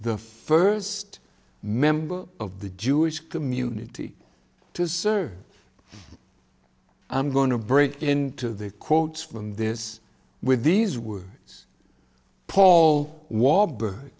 the first member of the jewish community to serve i'm going to break into the quotes from this with these words paul warburg